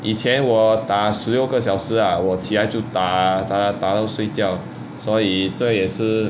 以前我打十六个小时啊我起来就打打打到睡觉所以这也是:yi qianan wo da shi liu ge xiao shi a wo qi lai jiu da da da dao shui jiao suo yi zhe ye shi